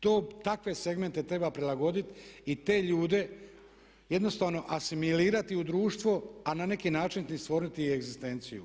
Takve segmente treba prilagoditi i te ljude jednostavno asimilirati u društvo, a na neki način stvoriti i egzistenciju.